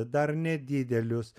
dar nedidelius